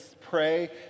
pray